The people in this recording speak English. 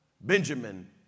Benjamin